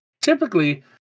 Typically